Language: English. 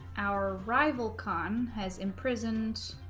our rival khan has imprisoned